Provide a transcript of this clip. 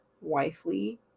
wifely